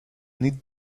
need